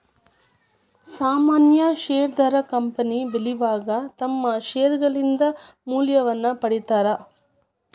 ಸಾಮಾನ್ಯ ಷೇರದಾರ ಕಂಪನಿ ಬೆಳಿವಾಗ ತಮ್ಮ್ ಷೇರ್ಗಳಿಂದ ಮೌಲ್ಯವನ್ನ ಪಡೇತಾರ